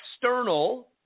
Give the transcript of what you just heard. external